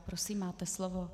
Prosím, máte slovo.